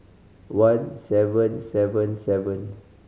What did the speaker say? one seven seven seven